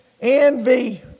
envy